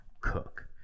Cook